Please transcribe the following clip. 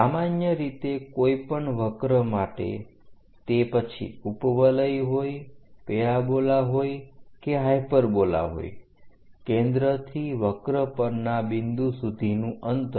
સામાન્ય રીતે કોઈપણ વક્ર માટે તે પછી ઉપવલય હોય પેરાબોલા હોય કે હાઇપરબોલા હોય કેન્દ્રથી વક્ર પરના બિંદુ સુધીનું અંતર